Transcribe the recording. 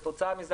כתוצאה מזה,